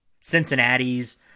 Cincinnati's